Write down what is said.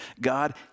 God